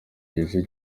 igice